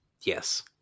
Yes